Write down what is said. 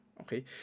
okay